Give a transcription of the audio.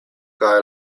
kaj